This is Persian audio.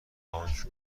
بانک